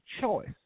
choice